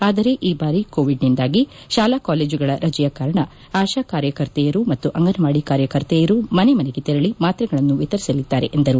ಆದರೆ ಈ ಬಾರಿ ಕೋವಿಡ್ನಿಂದಾಗಿ ಶಾಲಾ ಕಾಲೇಜುಗಳ ರಜೆಯ ಕಾರಣ ಆಶಾ ಕಾರ್ಯಕರ್ತೆಯರು ಮತ್ತು ಅಂಗನವಾದಿ ಕಾರ್ಯಕರ್ತೆಯರೂ ಮನೆ ಮನೆಗೆ ತೆರಳಿ ಮಾತ್ರೆಗಳನ್ನು ವಿತರಿಸಲಿದ್ದಾರೆ ಎಂದರು